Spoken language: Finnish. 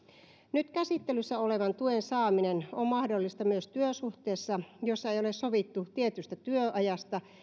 nyt käsittelyssä olevan tuen saaminen on mahdollista myös työsuhteessa jossa ei ole sovittu tietystä työajasta